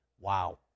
wow